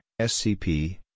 SCP